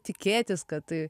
tikėtis kad tai